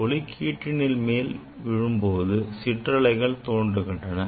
ஒளி கிற்றிணி மேல் விழும் போது சிற்றலைகள் தோன்றுகின்றன